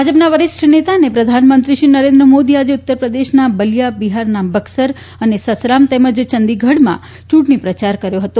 ભાજપ વરિષ્ઠ નેતા અને પ્રધાનમંત્રીશ્રી નરેન્દ્ર મોદી આજે ઉત્તરપ્રદેશના બલીયા બિહારના બક્સર અને સસરામ તેમજ ચંડીગઢમાં આજે ચૂંટણી પ્રચાર કર્યો હતો